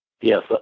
Yes